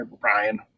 Brian